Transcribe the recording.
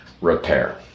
repair